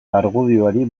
argudioari